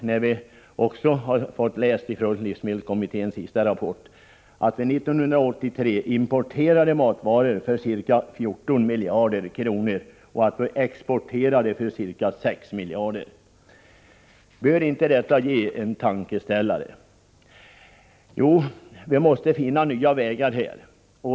Som vi fått läsa i livsmedelskommitténs senaste rapport importerade vi 1983 matvaror för ca 14 miljarder kronor och exporterade för ca 6 miljarder. Bör inte detta ge en tankeställare? Ja, vi måste finna nya vägar här.